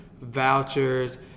vouchers